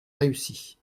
réussi